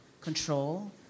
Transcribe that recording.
control